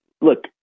look